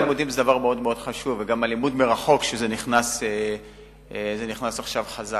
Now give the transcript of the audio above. הלימודים זה דבר מאוד חשוב וגם הלימוד מרחוק נכנס עכשיו חזק.